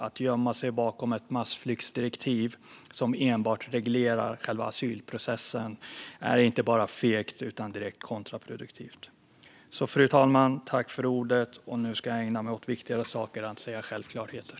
Att gömma sig bakom ett massflyktsdirektiv som enbart reglerar själva asylprocessen är inte bara fegt utan direkt kontraproduktivt. Fru talman! Nu ska jag ägna mig åt viktigare saker än att säga självklarheter.